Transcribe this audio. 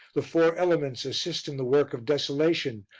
the four elements assist in the work of desolation,